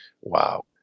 wow